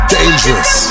Dangerous